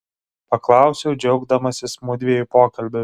paklausiau džiaugdamasis mudviejų pokalbiu